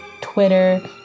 twitter